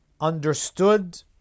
understood